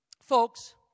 folks